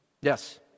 Yes